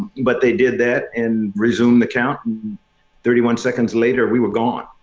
but they did that and resumed the count and thirty one seconds later, we were gone.